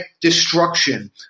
destruction